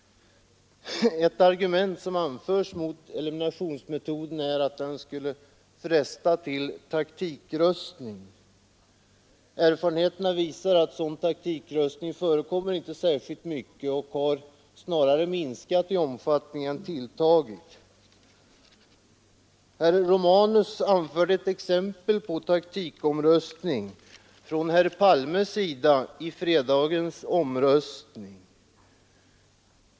Ett argument som anförts mot eliminationsmetoden är att den skulle fresta till taktikröstning. Erfarenheterna visar att sådan taktikröstning inte förekommer särskilt mycket och snarare har minskat i omfattning än tilltagit. Herr Romanus anförde ett exempel på taktikröstning av herr Palme i fredagens omröstning.